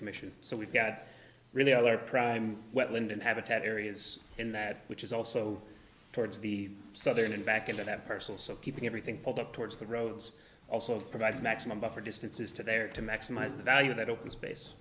commission so we've got really our prime wetland and habitat areas in that which is also towards the southern and back into that parcel so keeping everything up towards the roads also provides maximum buffer distances to there to maximize the value of that open space